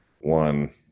one